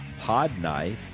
Podknife